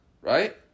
Right